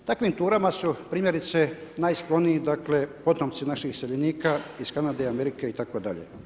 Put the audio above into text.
Takvim turama su primjerice, najskloniji potomci naših iseljenika iz Kanade, Amerike itd.